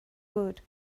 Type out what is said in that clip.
wood